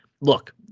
look